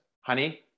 honey